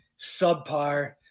subpar